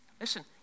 Listen